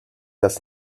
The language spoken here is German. das